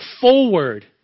forward